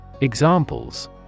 Examples